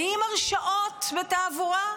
80 הרשעות בתעבורה?